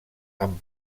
amb